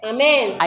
Amen